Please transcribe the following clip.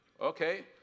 okay